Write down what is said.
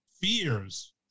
fears